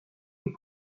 des